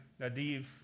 Nadiv